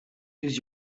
use